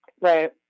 Right